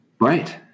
Right